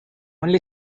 only